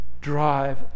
drive